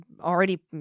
already